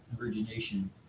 origination